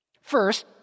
First